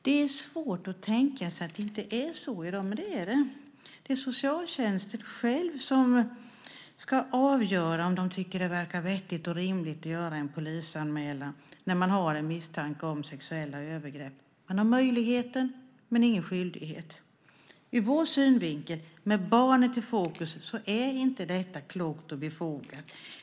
Det är svårt att tänka sig att det inte är så i dag. Men det är det inte. Det är socialtjänsten själv som ska avgöra om man tycker att det verkar vettigt och rimligt att göra en polisanmälan när man har en misstanke om sexuella övergrepp. Man har möjligheten men ingen skyldighet. Ur vår synvinkel, med barnet i fokus, är inte detta klokt och befogat.